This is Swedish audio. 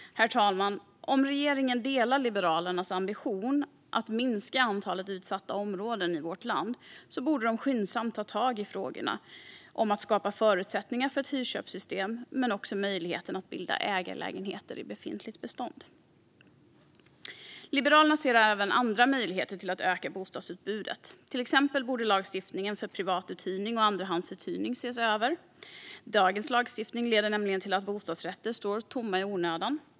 Om regeringen delar Liberalernas ambition att minska antalet utsatta områden i vårt land, herr talman, borde den skyndsamt ta tag i frågorna om att skapa förutsättningar för ett hyrköpssystem och möjlighet att bilda ägarlägenheter i befintligt bestånd. Liberalerna ser även andra möjligheter att öka bostadsutbudet. Till exempel borde lagstiftningen för privatuthyrning och andrahandsuthyrning ses över. Dagens lagstiftning leder nämligen till att bostadsrätter står tomma i onödan.